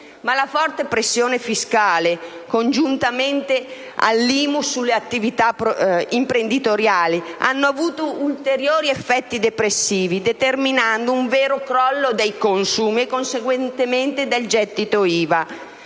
La forte pressione fiscale, congiuntamente all'imposta immobiliare sulle attività imprenditoriali, ha avuto ulteriori effetti depressivi, determinando un vero crollo dei consumi e, conseguentemente, del gettito IVA.